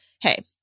hey